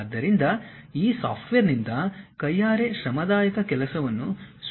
ಆದ್ದರಿಂದ ಈ ಸಾಫ್ಟ್ವೇರ್ನಿಂದ ಕೈಯಾರೆ ಶ್ರಮದಾಯಕ ಕೆಲಸವನ್ನು ಸುಲಭವಾಗಿ ನೋಡಿಕೊಳ್ಳಲಾಗುತ್ತದೆ